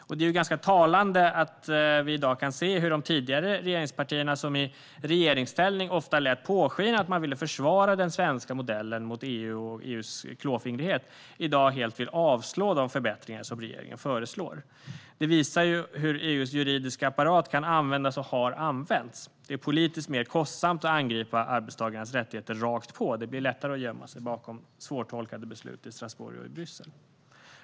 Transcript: Och det är ganska talande att se hur de tidigare regeringspartierna, som i regeringsställning ofta lät påskina att man ville försvara den svenska modellen mot EU:s klåfingrighet, i dag helt vill avslå de förbättringar som regeringen föreslår. Detta visar hur EU:s juridiska apparat kan användas och har använts. Det är politiskt mer kostsamt att angripa arbetstagarnas rättigheter rakt på. Det är lättare att gömma sig bakom svårtolkade beslut i Strasbourg och Bryssel.